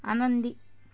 आनंदी